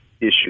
issue